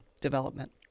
development